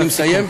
אני מסיים,